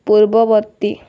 ପୂର୍ବବର୍ତ୍ତୀ